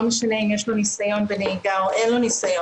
לא משנה אם יש לו ניסיון בנהיגה או אין לו ניסיון,